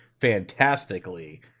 fantastically